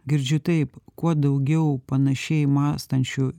girdžiu taip kuo daugiau panašiai mąstančių